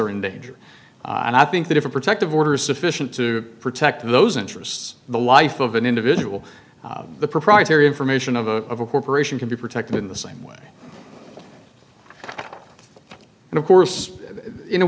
are in danger and i think that if a protective order is sufficient to protect those interests the life of an individual the proprietary information of a corporation can be protected in the same way and of course in a